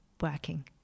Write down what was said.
working